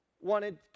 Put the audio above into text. ...wanted